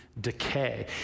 decay